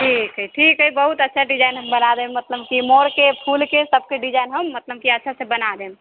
ठीक हइ ठीक हइ बहुत अच्छा डिजाइन हम बना देब मतलब कि मोरके फूलके सभके डिजाइन हम मतलब कि अच्छासँ बना देब